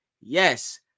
Yes